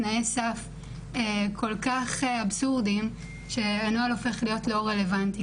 תנאי סף כל כך אבסורדיים שהנוהל הופך להיות לא רלוונטי,